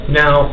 now